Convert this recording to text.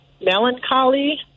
melancholy